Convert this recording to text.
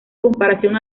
comparación